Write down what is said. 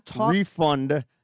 refund